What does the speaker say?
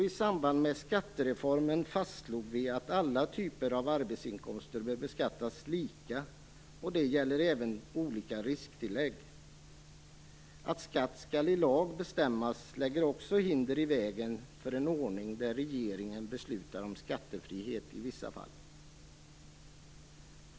I samband med skattereformen fastslog vi att alla typer av arbetsinkomster bör beskattas lika, och det gäller även olika risktillägg. Att skatt skall i lag bestämmas lägger också hinder i vägen för en ordning där regeringen beslutar om skattefrihet i vissa fall.